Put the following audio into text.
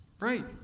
right